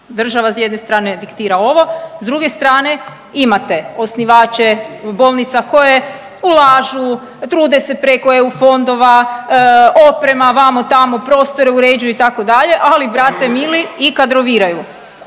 država s jedne strane diktira ovo s druge strane imate osnivačke bolnica koje ulažu, trude se preko EU fondova, oprema vamo tamo prostore uređuju itd. ali brate mili i kadroviraju.